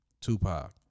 Tupac